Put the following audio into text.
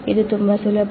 ಇದು ತುಂಬಾ ಸುಲಭ